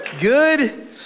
Good